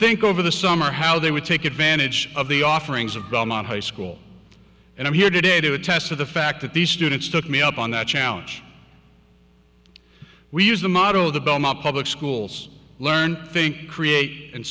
think over the summer how they would take advantage of the offerings of belmont high school and i'm here today to attest to the fact that these students took me up on that challenge we used to model the belmont public schools learn think create and